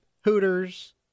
Hooters